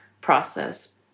process